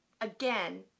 again